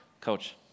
Coach